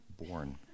born